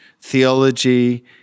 theology